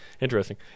Interesting